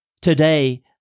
Today